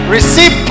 Receive